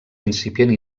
incipient